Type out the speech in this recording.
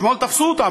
אתמול תפסו אותם,